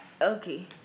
Okay